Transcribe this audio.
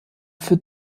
für